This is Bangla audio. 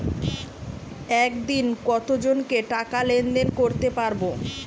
একদিন কত জনকে টাকা লেনদেন করতে পারবো?